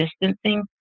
distancing